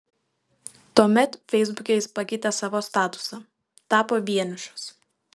tuomet feisbuke jis pakeitė savo statusą tapo vienišas